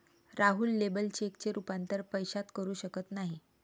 राहुल लेबर चेकचे रूपांतर पैशात करू शकत नाही